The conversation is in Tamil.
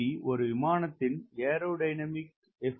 LD ஒரு விமானத்தின் ஏரோடைனமிக் செயல்திறன் என்றே கூறலாம்